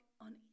on